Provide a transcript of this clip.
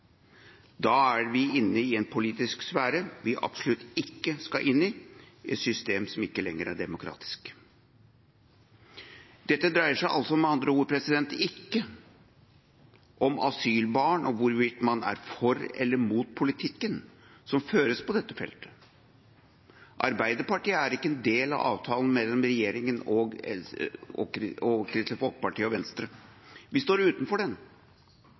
Da er vi inne i en politisk sfære vi absolutt ikke skal inn i – et system som ikke lenger er demokratisk. Dette dreier seg med andre ord ikke om asylbarn eller om hvorvidt man er for eller mot politikken som føres på dette feltet. Arbeiderpartiet er ikke en del av avtalen mellom regjeringa og Kristelig Folkeparti og Venstre. Vi står utenfor den,